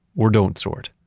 or don't sort.